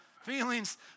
Feelings